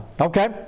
Okay